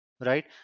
right